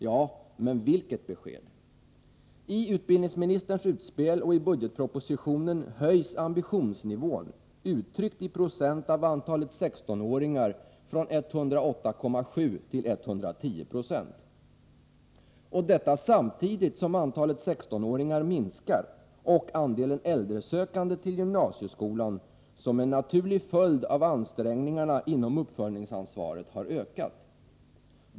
Ja, men vilket besked! I utbildningsministerns utspel och i budgetpropositionen höjs ambitionsnivån uttryckt i procent av antalet 16-åringar från 108,7 till 110,0 70 — och detta samtidigt som antalet 16-åringar minskar och andelen äldresökande till gymnasieskolan, som en naturlig följd av ansträngningarna inom uppföljningsansvaret, har ökat.